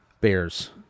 Bears